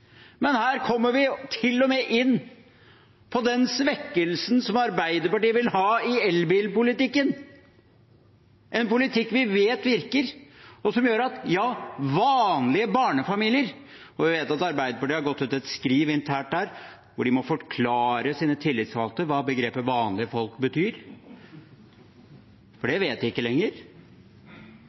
men her kommer vi til og med inn på svekkelsen som Arbeiderpartiet vil ha i elbilpolitikken, en politikk vi vet virker, og som gjør at vanlige barnefamilier – og vi vet at Arbeiderpartiet har gått ut med et internt skriv hvor de må forklare sine tillitsvalgte hva begrepet vanlige folk betyr, for det vet de ikke lenger